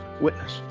Witness